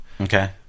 okay